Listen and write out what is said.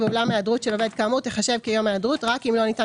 ואולם ההיעדרות של עובד כאמור תיחשב כיום היעדרות רק אם לא ניתן